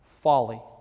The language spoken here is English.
folly